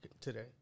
today